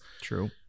true